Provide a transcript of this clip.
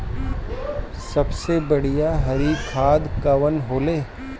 सबसे बढ़िया हरी खाद कवन होले?